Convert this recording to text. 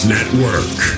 Network